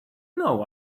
know